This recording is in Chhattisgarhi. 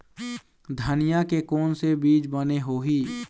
धनिया के कोन से बीज बने होही?